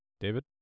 David